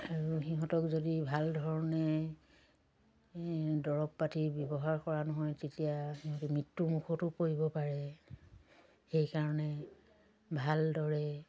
আৰু সিহঁতক যদি ভালধৰণে দৰৱ পাতি ব্যৱহাৰ কৰা নহয় তেতিয়া সিহঁতে মৃত্যুমুখতো পৰিব পাৰে সেইকাৰণে ভালদৰে